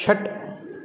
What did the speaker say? षट्